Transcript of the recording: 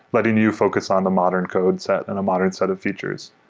letting you focus on the modern code set in a modern set of features.